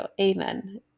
amen